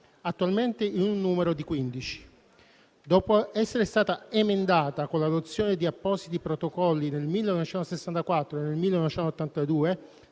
attualmente in numero di 15. Dopo essere stata emendata con l'adozione di appositi protocolli nel 1964 e nel 1982,